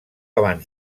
abans